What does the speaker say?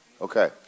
Okay